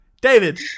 David